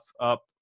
up